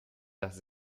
das